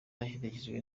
aherekejwe